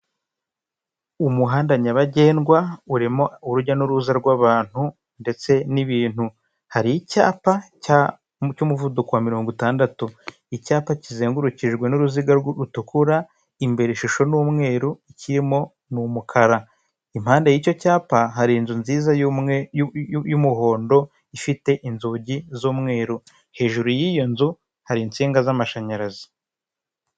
Umuhanda nyabagendwa urimo urujya n'uruza rw'abantu ndetse n'ibintu, hari icyapa cy'umuvuduko wa mirongo itandatu, icyapa kizengurukijwe n'uruziga rutukura imbere ishusho n'umweru ikirimo ni umukara, impande y'icyo cyapa hari inzu nziza y'umuhondo ifite inzugi z'umweru, hejuru y'iyo nzu hari insinga z'amashanyarazi.